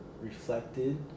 reflected